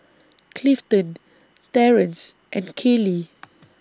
Clifton Terrance and Kallie